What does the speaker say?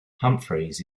humphreys